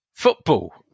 football